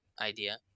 idea